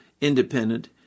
independent